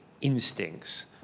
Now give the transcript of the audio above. instincts